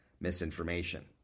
misinformation